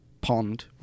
Pond